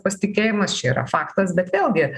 pasitikėjimas čia yra faktas bet vėlgi